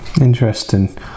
Interesting